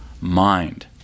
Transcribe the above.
mind